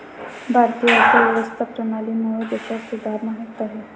भारतीय अर्थव्यवस्था प्रणालीमुळे देशात सुधारणा होत आहे